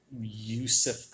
Yusuf